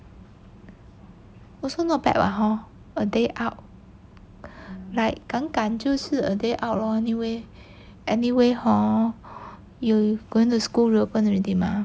also not bad [what] hor a day out like 敢敢就是 a day out lor anyway anyway hor you going to school reopen already mah